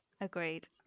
Agreed